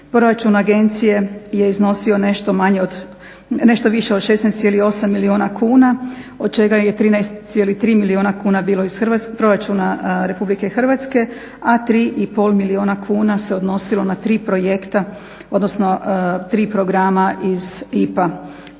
Proračun agencije je iznosio nešto manje od, nešto više od 16,8 milijuna kuna od čega je 13,3 milijuna kuna bilo ih proračuna RH, a 3,5 milijuna kuna se odnosilo na 3 projekta, odnosno 3 programa iz IPA